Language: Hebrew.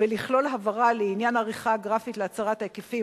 ולכלול הבהרה לעניין עריכה גרפית להצרת היקפים,